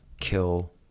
kill